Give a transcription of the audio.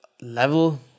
level